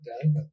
done